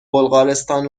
بلغارستان